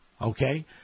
Okay